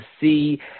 see –